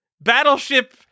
Battleship